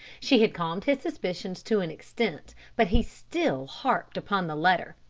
she had calmed his suspicions to an extent, but he still harped upon the letter,